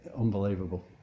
unbelievable